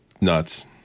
nuts